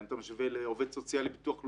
אם אתה משווה לעובד סוציאלי ביטוח לאומי,